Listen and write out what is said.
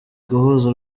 guhuza